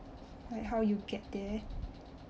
like how you get there